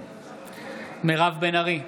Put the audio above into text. בעד מירב בן ארי,